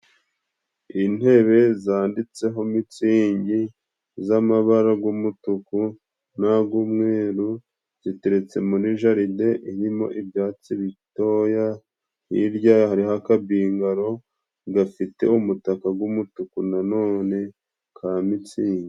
Intebe zanditseho Mitsigi z'amabara g'umutuku nag'umweru ziteretse muri jaride irimo ibyatsi bitoya hirya hariho akabingaro gafite umutaka g'umutuku nanone ka Mitsingi.